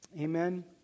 Amen